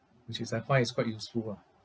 which is I find is quite useful ah